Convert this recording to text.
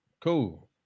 Cool